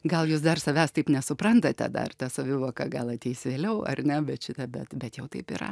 gal jūs dar savęs taip nesuprantate dar ta savivoka gal ateis vėliau ar ne bet šita bet bent jau taip yra